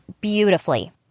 beautifully